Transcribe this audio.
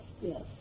yes